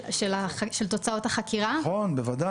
של תוצאות החקירה?